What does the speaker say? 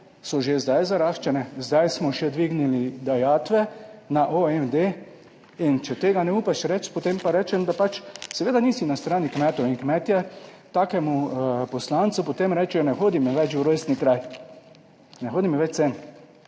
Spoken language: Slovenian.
so že zdaj zaraščene, zdaj smo še dvignili dajatve na OMD? Če tega ne upaš reči, potem pa rečem, da pač seveda nisi na strani kmetov in kmetje takemu poslancu potem rečejo, ne hodim več v rojstni kraj, ne hodim več sem.